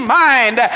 mind